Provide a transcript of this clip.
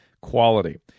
quality